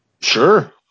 Sure